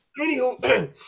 anywho